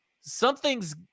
Something's